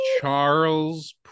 Charles